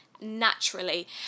naturally